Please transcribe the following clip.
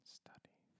study